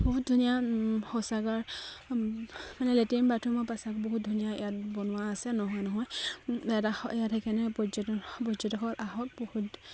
বহুত ধুনীয়া শৌচাগাৰ মানে লেট্ৰিন বাথৰুমৰ প্ৰাচাৱ বহুত ধুনীয়া ইয়াত বনোৱা আছে নহয় নহয় ইয়াত ইয়াত সেইকাৰণে পৰ্যটন পৰ্যটকৰ আহক বহুত